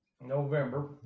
November